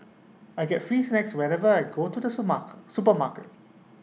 I get free snacks whenever I go to the super mark supermarket